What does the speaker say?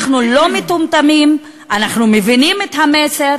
אנחנו לא מטומטמים, אנחנו מבינים את המסר,